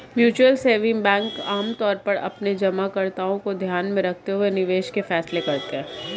mutual saving bank आमतौर पर अपने जमाकर्ताओं को ध्यान में रखते हुए निवेश के फैसले करते हैं